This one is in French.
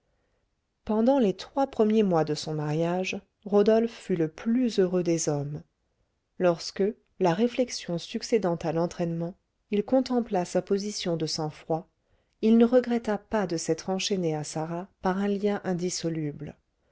pendant les trois premiers mois de son mariage rodolphe fut le plus heureux des hommes lorsque la réflexion succédant à l'entraînement il contempla sa position de sang-froid il ne regretta pas de s'être enchaîné à sarah par un lien indissoluble